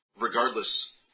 regardless